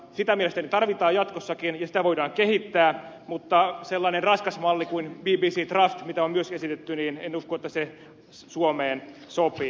sitä mielestäni tarvitaan jatkossakin ja sitä voidaan kehittää mutta en usko että sellainen raskas malli kuin bbc trust mitä on myös esitetty suomeen sopii